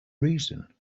reason